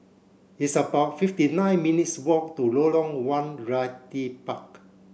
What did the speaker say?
it's about fifty nine minutes' walk to Lorong one Realty Park